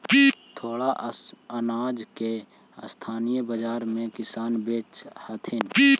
थोडा अनाज के स्थानीय बाजार में किसान बेचऽ हथिन